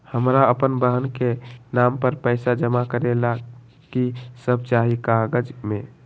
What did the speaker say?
हमरा अपन बहन के नाम पर पैसा जमा करे ला कि सब चाहि कागज मे?